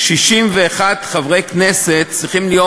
61 חברי כנסת צריכים להיות